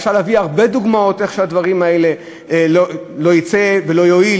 אפשר להביא הרבה דוגמאות של דברים כאלה שלא יצאו ולא הועילו.